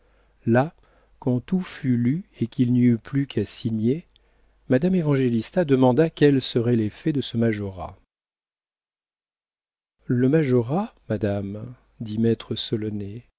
quand tout fut lu et qu'il n'y eut plus qu'à signer madame évangélista demanda quel serait l'effet de ce majorat le majorat madame dit